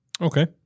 Okay